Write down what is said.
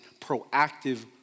proactive